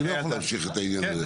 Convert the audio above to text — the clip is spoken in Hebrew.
אני לא יכול להמשיך את העניין הזה.